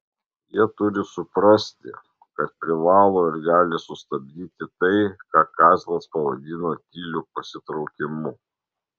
jie turi suprasti kad privalo ir gali sustabdyti tai ką kazlas pavadino tyliu pasitraukimu